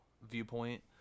viewpoint